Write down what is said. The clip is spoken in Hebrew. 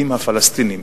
אם הפלסטינים,